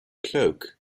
cloak